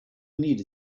need